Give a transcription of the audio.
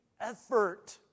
effort